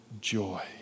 joy